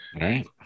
right